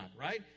Right